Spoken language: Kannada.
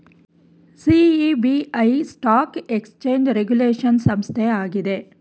ಸಿ.ಇ.ಬಿ.ಐ ಸ್ಟಾಕ್ ಎಕ್ಸ್ಚೇಂಜ್ ರೆಗುಲೇಶನ್ ಸಂಸ್ಥೆ ಆಗಿದೆ